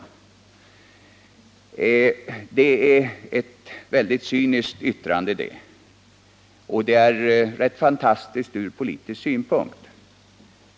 Det är också ett väldigt cyniskt yttrande, och det är dessutom rätt fantastiskt ur politisk synpunkt.